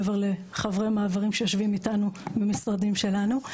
מעבר לחברי מעברים שיושבים איתנו במשרדים שלנו.